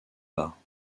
bas